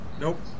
Nope